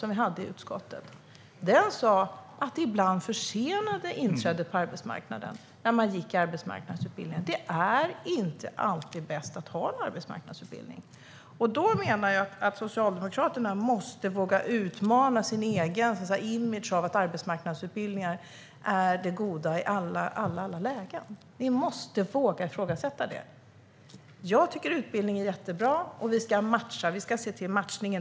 Den sa att arbetsmarknadsutbildningar ibland försenade inträdet på arbetsmarknaden. Det är inte alltid bäst att ha en arbetsmarknadsutbildning. Jag menar att Socialdemokraterna måste våga utmana sin egen image: att arbetsmarknadsutbildningar i alla lägen är det goda. Vi måste våga ifrågasätta det. Jag tycker att utbildning är jättebra. Och vi ska se till matchningen.